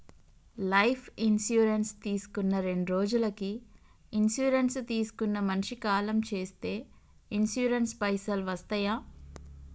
Life insurance తీసుకున్న రెండ్రోజులకి insurance తీసుకున్న మనిషి కాలం చేస్తే ఇన్సూరెన్స్ పైసల్ వస్తయా?